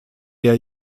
der